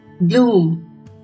bloom